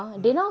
mmhmm